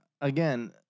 again